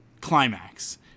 climax